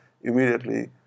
Immediately